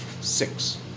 six